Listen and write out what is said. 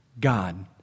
God